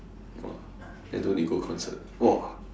!wah! then don't need go concert !wah!